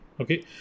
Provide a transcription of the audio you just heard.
Okay